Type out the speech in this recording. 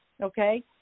okay